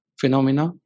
phenomena